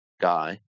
guy